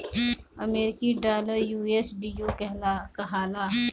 अमरीकी डॉलर यू.एस.डी.ओ कहाला